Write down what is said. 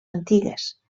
antigues